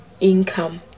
income